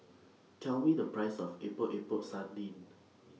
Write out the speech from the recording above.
Tell Me The Price of Epok Epok Sardin